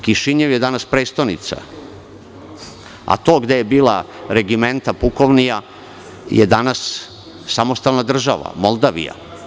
Kišinjev je danas prestonica, a to gde je bila regimenta pukovnija je danas samostalna država Moldavija.